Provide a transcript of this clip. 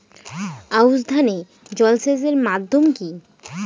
আউশ ধান এ জলসেচের মাধ্যম কি?